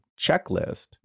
checklist